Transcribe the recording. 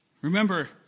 Remember